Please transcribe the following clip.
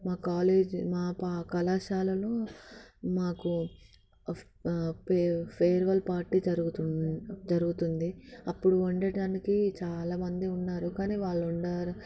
మా కాలేజ్ మాకళాశాలలో మాకు ఫేర్వెల్ పార్టీ జరుగుతుం జరుగుతుంది అప్పుడు వండటానికి చాలామంది ఉన్నారు కానీ వాళ్ళు ఉన్నారు